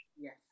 Yes